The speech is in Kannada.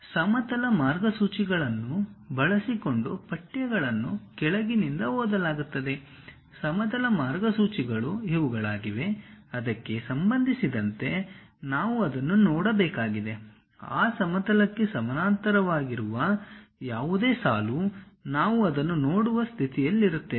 ಸಮತಲ ಮಾರ್ಗಸೂಚಿಗಳನ್ನು ಬಳಸಿಕೊಂಡು ಪಠ್ಯಗಳನ್ನು ಕೆಳಗಿನಿಂದ ಓದಲಾಗುತ್ತದೆ ಸಮತಲ ಮಾರ್ಗಸೂಚಿಗಳು ಇವುಗಳಾಗಿವೆ ಅದಕ್ಕೆ ಸಂಬಂಧಿಸಿದಂತೆ ನಾವು ಅದನ್ನು ನೋಡಬೇಕಾಗಿದೆ ಆ ಸಮತಲಕ್ಕೆ ಸಮಾನಾಂತರವಾಗಿರುವ ಯಾವುದೇ ಸಾಲು ನಾವು ಅದನ್ನು ನೋಡುವ ಸ್ಥಿತಿಯಲ್ಲಿರುತ್ತೇವೆ